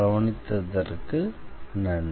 கவனித்ததற்கு நன்றி